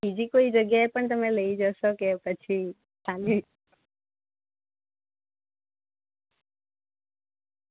બીજી કોઈ જગ્યાએ પણ તમે લઈ જશો કે પછી ખાલી